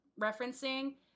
referencing